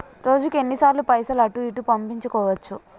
రోజుకు ఎన్ని సార్లు పైసలు అటూ ఇటూ పంపించుకోవచ్చు?